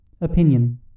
Opinion